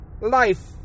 life